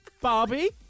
Barbie